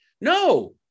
No